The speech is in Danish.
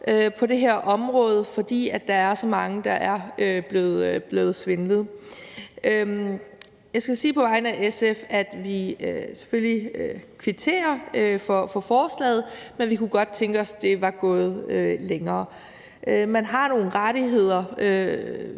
på det her område, fordi der er så mange, der er blevet udsat for svindel. Jeg skal på vegne af SF sige, at vi selvfølgelig kvitterer for forslaget, men vi kunne godt tænke os, at det var gået længere. Man har nogle rettigheder,